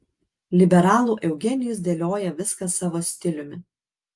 liberalų eugenijus dėlioja viską savo stiliumi